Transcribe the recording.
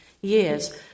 years